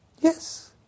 yes